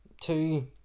two